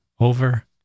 over